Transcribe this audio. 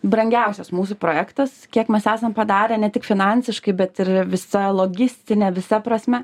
brangiausias mūsų projektas kiek mes esam padarę ne tik finansiškai bet ir visa logistine visa prasme